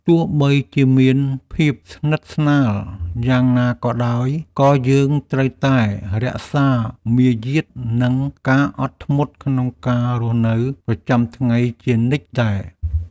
ទោះបីជាមានភាពស្និទ្ធស្នាលយ៉ាងណាក៏ដោយក៏យើងត្រូវតែរក្សាមារយាទនិងការអត់ធ្មត់ក្នុងការរស់នៅប្រចាំថ្ងៃជានិច្ចដែរ។